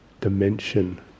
dimension